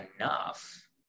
enough